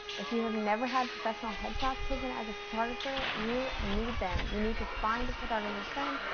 if you have never had professional head shots taken as a photographer, you need them. you need to find photographer friend,